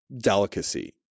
delicacy